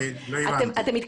שישקיע כמה שצריך,